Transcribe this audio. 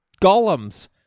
golems